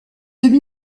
demi